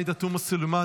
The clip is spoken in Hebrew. עאידה תומא סלימאן,